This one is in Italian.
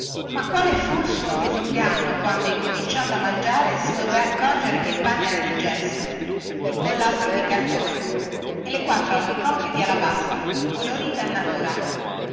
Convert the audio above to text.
ma quale fu il suo disinganno quando incominciando a mangiare si dové accorgere che il pane era di gesso il pollastro di cartone e le quattro albicocche di alabastro colorite al naturale